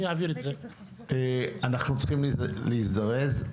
אנחנו צריכים להזדרז,